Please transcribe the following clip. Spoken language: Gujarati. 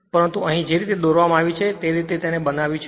પરંતુ અહીં જે રીતે તેને દોરવામાં આવી છે તે રીતે તેને બનાવ્યું છે